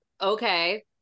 okay